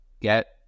get